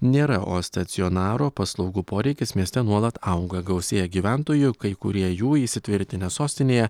nėra o stacionaro paslaugų poreikis mieste nuolat auga gausėja gyventojų kai kurie jų įsitvirtinę sostinėje